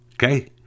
Okay